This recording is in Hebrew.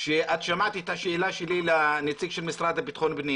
שאת שמעת את השאלה שלי לנציג של המשרד לבטחון פנים